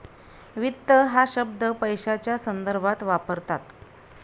वित्त हा शब्द पैशाच्या संदर्भात वापरतात